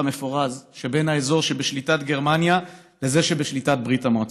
המפורז שבין האזור שבשליטת גרמניה לזה שבשליטת ברית המועצות,